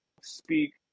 Speak